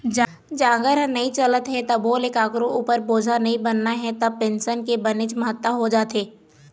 जांगर ह नइ चलत हे तभो ले कखरो उपर बोझा नइ बनना हे त पेंसन के बनेच महत्ता हो जाथे